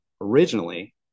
originally